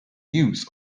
use